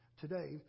today